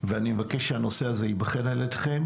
ואני מבקש שהנושא הזה ייבחן על ידכם